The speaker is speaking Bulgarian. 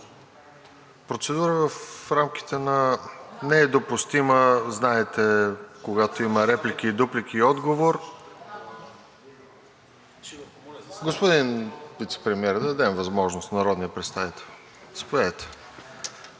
Процедура не е допустима, знаете, когато има реплики и дуплики, и отговор. Господин Вицепремиер, да дадем възможност на народния представител –